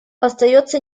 остается